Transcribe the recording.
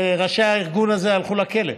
ראשי הארגון הזה הלכו לכלא,